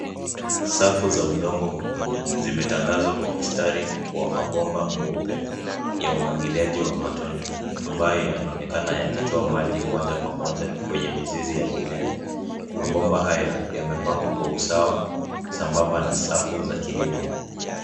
Safu za udongo mwekundu zimetandazwa kwa mstari wa mabomba meupe ya umwagiliaji wa matone, ambaye yanaonekana yakitoa maji moja kwa moja kwenye mizizi ya mimea. Mabomba haya yamepangwa kwa usawa sambamba na safu za kilimo.